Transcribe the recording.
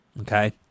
okay